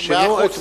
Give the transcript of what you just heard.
לא דיברתי.